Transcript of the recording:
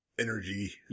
energy